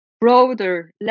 broader